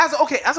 Okay